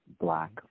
black